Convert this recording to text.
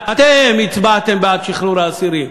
אתם הצבעתם בעד שחרור האסירים,